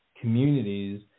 communities